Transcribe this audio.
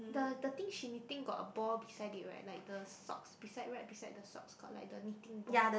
the the thing she knitting got a ball beside it right like the socks beside right beside the socks got like the knitting ball